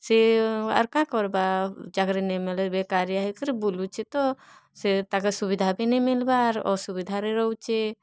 ସେ ଆର୍ କା କରବା ଚାକିରି ନେଇମିଲେ ବେକାରିଆ ହେଇକରି ବୁଲୁଛି ତ ସେ ତାକେ ସୁବିଧା ବି ନେଇ ମିଲବା ଆର୍ ଅସୁବିଧାରେ ରହୁଛେ